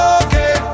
okay